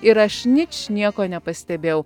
ir aš ničnieko nepastebėjau